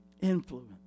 influence